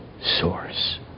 source